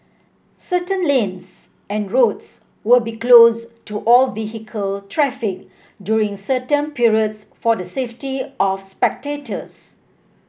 certain lanes and roads will be closed to all vehicle traffic during certain periods for the safety of spectators